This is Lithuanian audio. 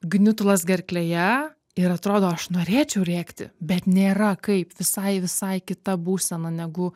gniutulas gerklėje ir atrodo aš norėčiau rėkti bet nėra kaip visai visai kita būsena negu